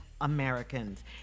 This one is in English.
Americans